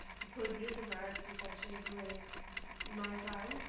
to produce an art piece actually during my time.